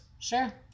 Sure